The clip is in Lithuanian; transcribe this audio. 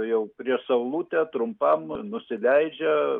jau prieš saulutę trumpam nusileidžia